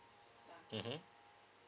mmhmm